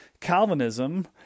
Calvinism